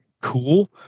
cool